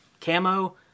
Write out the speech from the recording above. camo